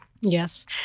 Yes